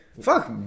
Fuck